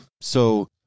So-